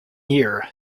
year